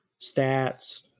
stats